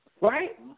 right